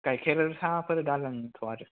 गाइखेर साहाफोर दालोंथ' आरो